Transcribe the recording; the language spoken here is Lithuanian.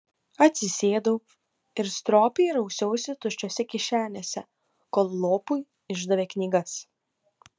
atsisėdau ir stropiai rausiausi tuščiose kišenėse kol lopui išdavė knygas